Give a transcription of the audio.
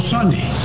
Sunday